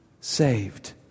saved